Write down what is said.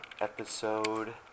episode